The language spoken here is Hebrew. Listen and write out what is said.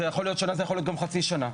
זה יכול להיות שנה וזה יכול להיות גם חצי שנה.